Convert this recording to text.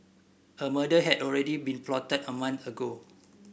a murder had already been plotted a month ago